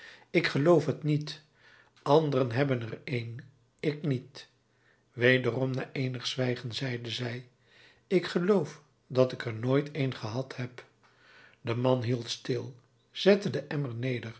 ik geloof t niet anderen hebben er een ik niet wederom na eenig zwijgen zeide zij ik geloof dat ik er nooit een gehad heb de man hield stil zette den emmer